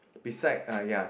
beside uh ya